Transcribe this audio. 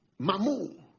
Mamu